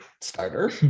starter